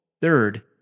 Third